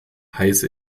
heiße